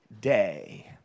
day